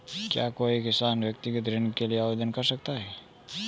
क्या कोई किसान व्यक्तिगत ऋण के लिए आवेदन कर सकता है?